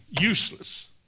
useless